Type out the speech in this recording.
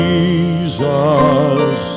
Jesus